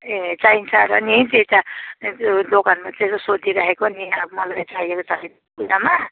ए चाहिन्छ र नि त्यही त दोकानमा चाहिँ यसो सोधिराखेको नि अब मलाई चाहिएको छ कि पूजामा